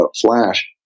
flash